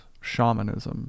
shamanism